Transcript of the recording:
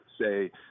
say